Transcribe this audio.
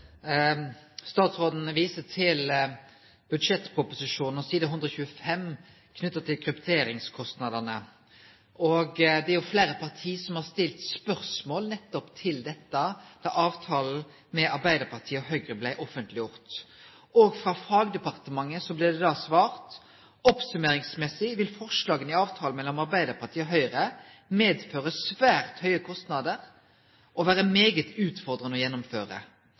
Statsråden viste til proposisjonen side 125, om krypteringskostnadene. Det er jo fleire parti som har stilt spørsmål nettopp om dette, da avtalen mellom Arbeidarpartiet og Høgre blei offentleggjord. Frå fagdepartementet blei det da svart: «Oppsummeringsmessig vil forslagene i avtalen mellom Arbeiderpartiet og Høyre medføre svært høye kostnader og være meget utfordrende å gjennomføre.»